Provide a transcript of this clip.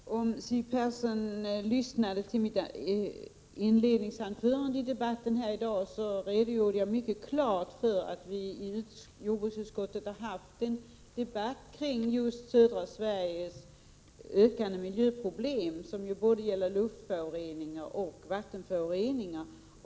Herr talman! Om Siw Persson lyssnade på mitt inledningsanförande vid dagens debatt kunde hon höra hur jag mycket klart redogjorde för att vi i jordbruksutskottet har fört en debatt om just södra Sveriges ökande miljöproblem, som ju gäller både luftoch vattenföroreningar.